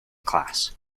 class